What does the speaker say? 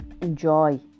enjoy